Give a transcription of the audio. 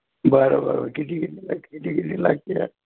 बरं बरं बरं किती किती लाग किती किती लागते आहे